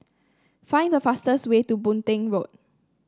find the fastest way to Boon Teck Road